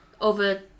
over